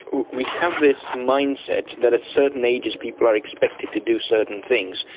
we have this mindset that at certain ages people are expected to do certain things,